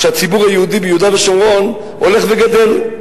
שהציבור היהודי ביהודה ושומרון הולך וגדל,